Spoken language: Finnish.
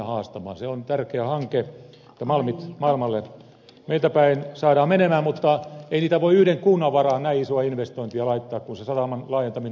se on tärkeä hanke että malmit maailmalle meiltä päin saadaan menemään mutta ei yhden kunnan varaan voi näin isoa investointia laittaa kun se sataman laajentaminen on välttämättömyys